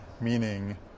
meaning